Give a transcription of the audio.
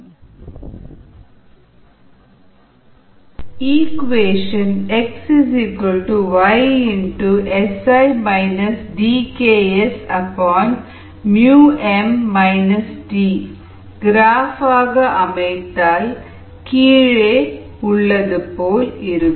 equation xYxsSi DKs graph அமைத்தால் கீழே உள்ளது போல் இருக்கும்